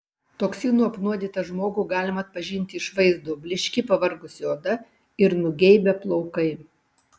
toksinų apnuodytą žmogų galima atpažinti iš vaizdo blyški pavargusi oda ir nugeibę plaukai